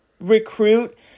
recruit